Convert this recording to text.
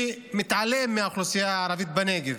שמתעלם מהאוכלוסייה הערבית בנגב,